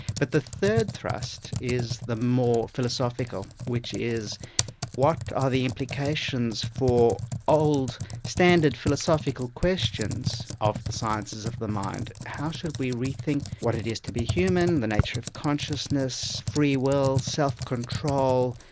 but the third thrust is the more philosophical, which is what are the implications for old standard philosophical questions of the sciences of the mind how should we re-think what it is to be human, the nature of consciousness, freewill, self-control,